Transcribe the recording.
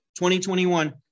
2021